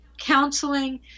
counseling